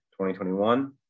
2021